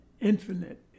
infinite